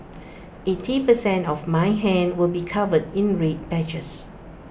eighty per cent of my hand will be covered in red patches